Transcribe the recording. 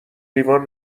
لیوان